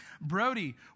Brody